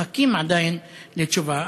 מחכים עדיין לתשובה.